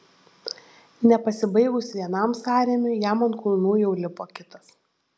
nepasibaigus vienam sąrėmiui jam ant kulnų jau lipo kitas